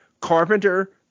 Carpenter